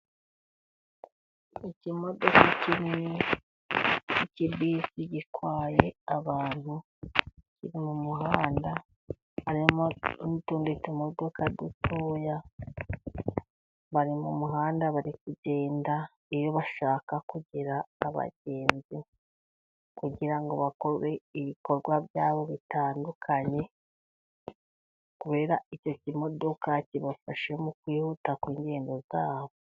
Ikimodoka kinini k'ikibisi gitwaye abantu. Kiri mu muhanda harimo n'utundi tumodoka dutoya. Bari mu muhanda bari kugenda, iyo bashaka kugira abagenzi kugira ngo bakore ibikorwa byabo bitandukanye kubera icyo kimodoka kibafasha mu kwihuta ku ngendo zabo.